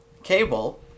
cable